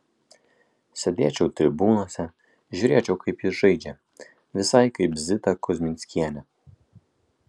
sėdėčiau tribūnose žiūrėčiau kaip jis žaidžia visai kaip zita kuzminskienė